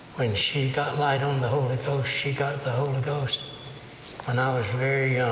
when she got light on the holy ghost, she got the holy ghost when i was very